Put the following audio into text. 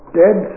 dead